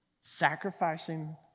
sacrificing